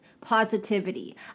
positivity